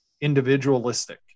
individualistic